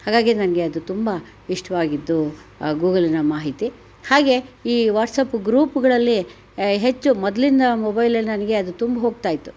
ಹಾಗಾಗಿ ನನಗೆ ಅದು ತುಂಬ ಇಷ್ಟವಾಗಿತ್ತು ಗೂಗಲ್ನ ಮಾಹಿತಿ ಹಾಗೇ ಈ ವಾಟ್ಸ್ಆ್ಯಪ್ ಗ್ರೂಪ್ಗಳಲ್ಲಿ ಹೆಚ್ಚು ಮೊದಲಿಂದ ಮೊಬೈಲಲ್ಲಿ ನನಗೆ ಅದು ತುಂಬಿ ಹೋಗ್ತಾ ಇತ್ತು